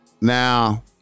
Now